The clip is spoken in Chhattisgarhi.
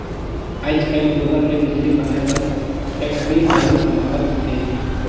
आयज कायल गोबर ले बिजली बनाए बर फेकटरी घलो बनावत हें